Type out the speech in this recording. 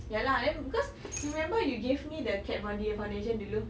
ya lah then because you remember you gave me the Kat Von D foundation dulu